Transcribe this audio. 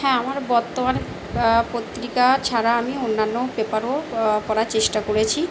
হ্যাঁ আমার বর্তমান পত্রিকা ছাড়া আমি অন্যান্য পেপারও পড়ার চেষ্টা করেছি